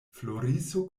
floriso